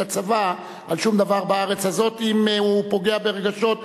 לצבא לשום דבר בארץ הזאת אם הוא פוגע ברגשות,